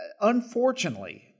Unfortunately